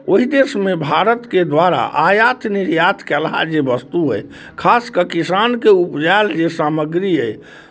ओहि देशमे भारतके द्वारा आयात निर्यात केलहा जे वस्तु अइ खास कऽ किसानके उपजायल जे सामग्री अइ